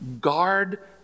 guard